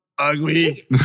Ugly